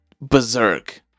berserk